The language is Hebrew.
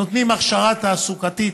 נותנים הכשרה תעסוקתית,